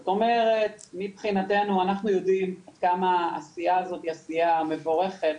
זאת אומרת אנחנו יודעים כמה העשייה הזאת היא עשייה מבורכת,